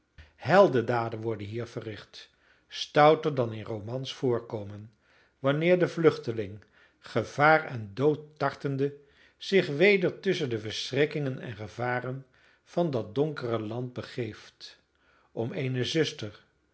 heldendaden worden hier verricht stouter dan in romans voorkomen wanneer de vluchteling gevaar en dood tartende zich weder tusschen de verschrikkingen en gevaren van dat donkere land begeeft om